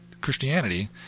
Christianity